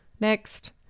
next